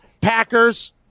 Packers